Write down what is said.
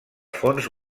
fons